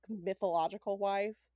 mythological-wise